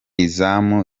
izamu